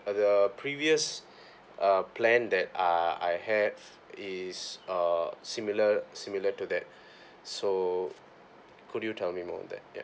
uh the previous uh plan that ah I have is uh similar similar to that so could you tell me more on that ya